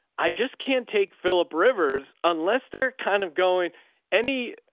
i just can't take phillip rivers unless they're kind of going any,